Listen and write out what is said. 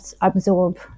absorb